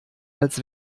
als